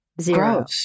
Zero